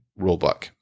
rulebook